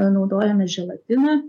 naudojame želatiną